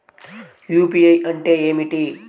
UPI అంటే ఏమిటీ?